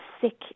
sick